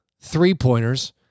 three-pointers